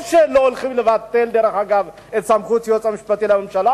טוב שהם לא הולכים לבטל את סמכות היועץ המשפטי לממשלה,